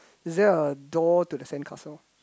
is there a door to the sand castle